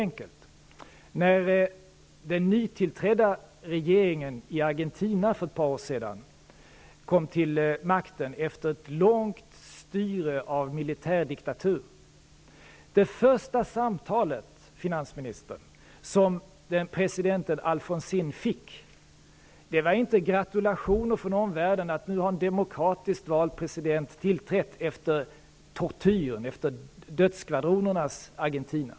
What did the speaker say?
När en ny regering i Argentina för ett par år sedan kom till makten, efter långt styre av en militärdiktatur, så var inte det första samtalet som president Alfonsin fick gratulationer från omvärlden -- för att en demokratiskt vald president nu hade tillträtt, efter tortyren, efter dödsskvadronernas Argentina.